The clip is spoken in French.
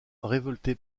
révolté